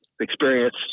experience